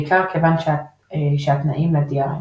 בעיקר כיוון שהתנאים ל־DRM.